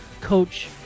coach